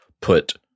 put